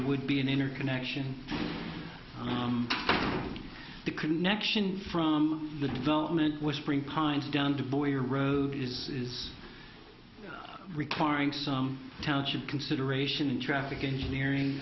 would be an inner connection the connection from the development whispering pines down to boyer road is requiring some township consideration in traffic engineering